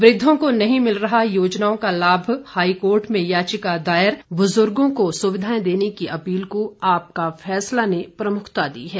वृद्धों को नहीं मिल रहा योजनाओं का लाभ हाईकोर्ट में याचिका दायर बुजुर्गों को सुविधाएं देने की अपील को आपका फैसला ने प्रमुखता दी है